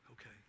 Okay